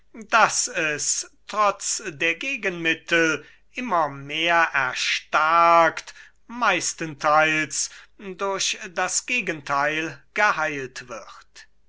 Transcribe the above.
daß er trotz der gegenmittel immer mehr erstarkt meistentheils durch das gegentheil geheilt wird